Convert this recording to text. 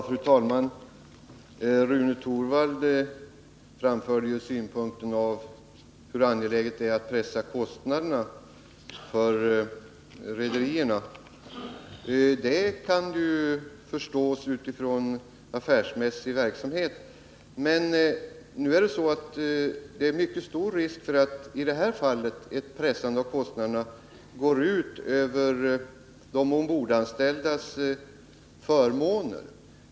Fru talman! Rune Torwald framhöll hur angeläget det är att pressa kostnaderna för rederierna. Det kan man förstå, med utgångspunkt i att de bedriver en affärsmässig verksamhet. Men i det här fallet är det mycket stor risk att ett pressande av kostnaderna går ut över de ombordanställdas förmåner.